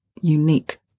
unique